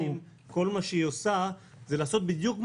אני משתדל